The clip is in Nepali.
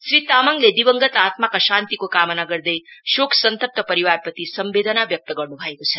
श्री तामाङले दीवंगत आत्माको शान्तिको कामना गर्दै शोकसन्तप्त परिवारप्रति समवेदना व्यक्त गर्न् भएको छ